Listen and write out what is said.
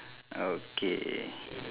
okay